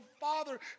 father